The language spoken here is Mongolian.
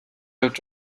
явж